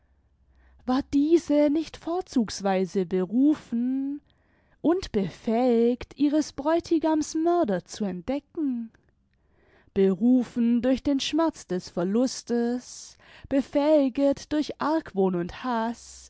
war diese nicht vorzugsweise berufen und befähigt ihres bräutigams mörder zu entdecken berufen durch den schmerz des verlustes befähiget durch argwohn und haß